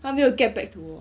他没有 get back to 我